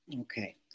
Okay